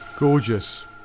Gorgeous